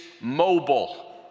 mobile